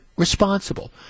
Responsible